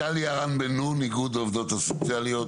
טלי הרן בן נון, איגוד העובדות הסוציאליות.